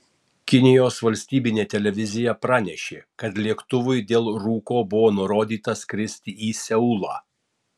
kinijos valstybinė televizija pranešė kad lėktuvui dėl rūko buvo nurodyta skristi į seulą